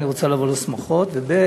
אני רוצה לבוא לשמחות, וב.